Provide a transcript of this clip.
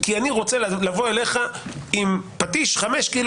כי אני רוצה לבוא אליך עם פטיש 5 קילו